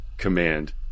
command